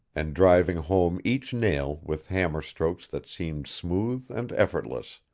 and driving home each nail with hammer strokes that seemed smooth and effortless,